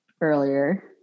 earlier